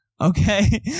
Okay